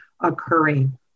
occurring